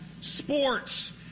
sports